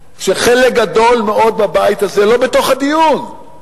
וחלק גדול מאוד בבית הזה לא בתוך הדיון.